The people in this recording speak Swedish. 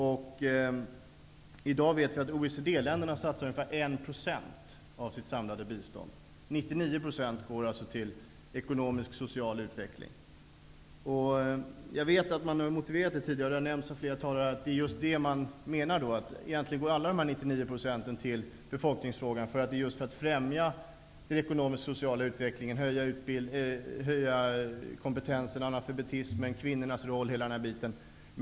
Vi vet att OECD-länderna i dag satsar ungefär 1 % av sitt samlade bistånd på detta. 99 % går alltså till ekonomisk och social utveckling. Jag vet att man har motiverat detta tidigare med att egentligen går alla dessa 99 % till befolkningsfrågan eftersom det just är för att främja den ekonomiskt sociala utvecklingen och höja kompetensen, bekämpa analfabetismen, uppmärksamma kvinnornas roll osv. Det har också nämnts av flera talare tidigare.